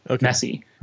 messy